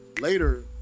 later